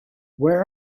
where